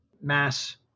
mass